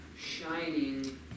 shining